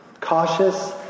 Cautious